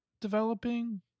developing